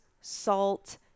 salt